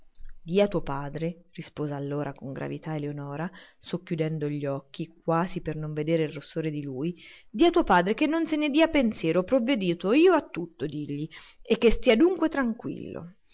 a tuo padre rispose allora con gravità eleonora socchiudendo gli occhi quasi per non vedere il rossore di lui di a tuo padre che non se ne dia pensiero ho provveduto io a tutto digli e che stia dunque tranquillo